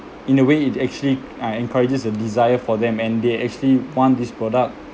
in a way it actually uh encourages a desire for them and they actually want this product